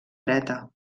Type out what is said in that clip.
dreta